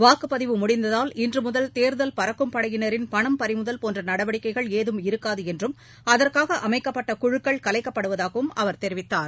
வாக்குப்பதிவு படையினர் முடந்ததால் இன்றுமுதல் தேர்தல் பறக்கும் பணம் பறிமுகல் போன்றநடவடிக்கைகள் ஏதும் இருக்காதுஎன்றும் அதற்கானஅமைக்கப்பட்டகுழுக்கள் கலைக்கப்படுவதாகவும் அவர் கெரிவித்தார்